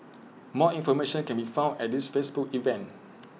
more information can be found at this Facebook event